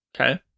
okay